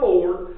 Lord